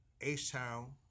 H-Town